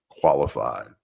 qualified